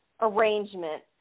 arrangement